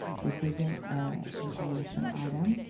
this is an information item.